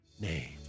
name